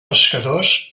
pescadors